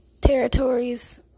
territories